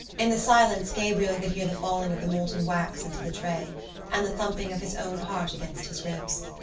in the silence gabriel could hear the falling of the molten wax into the tray and the thumping of his own heart against his ribs.